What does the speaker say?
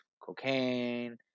cocaine